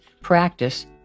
practice